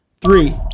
Three